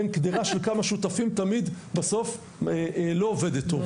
קדרה של כמה שותפים תמיד בסוף לא עובדת טוב.